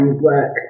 work